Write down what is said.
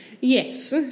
Yes